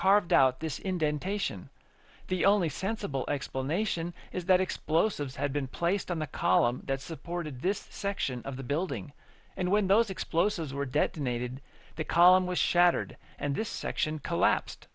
carved out this indentation the only sensible explanation is that explosives had been placed on the columns that supported this section of the building and when those explosives were detonated the column was shattered and this section collapsed